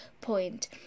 point